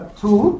two